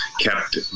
kept